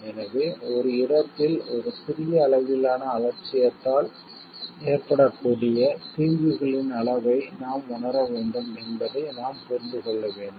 எனவே ஒரு இடத்தில் ஒரு சிறிய அளவிலான அலட்சியத்தால் ஏற்படக்கூடிய தீங்குகளின் அளவை நாம் உணர வேண்டும் என்பதை நாம் புரிந்து கொள்ள வேண்டும்